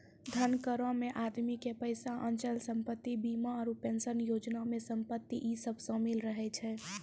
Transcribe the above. धन करो मे आदमी के पैसा, अचल संपत्ति, बीमा आरु पेंशन योजना मे संपत्ति इ सभ शामिल रहै छै